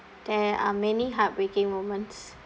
there are many heartbreaking moments